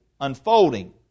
unfolding